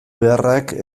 beharrak